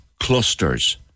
Clusters